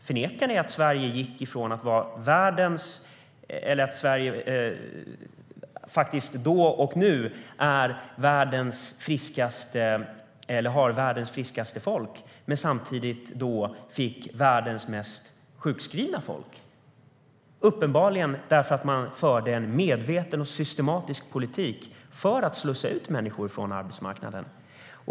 Förnekar du att Sverige då, liksom nu, hade världens friskaste folk men fick samtidigt världens mest sjukskrivna folk? Uppenbarligen berodde det på att man förde en medveten och systematisk politik för att slussa ut människor från arbetsmarknaden.